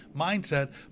mindset